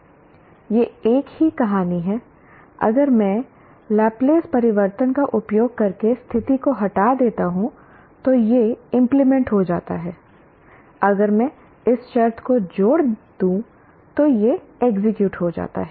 यह एक ही कहानी है अगर मैं लाप्लास परिवर्तन का उपयोग करके स्थिति को हटा देता हूं तो यह इंप्लीमेंट हो जाता है अगर मैं इस शर्त को जोड़ दूं तो यह एग्जीक्यूट हो जाता है